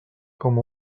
com